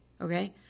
Okay